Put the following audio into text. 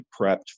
prepped